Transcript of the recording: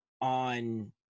on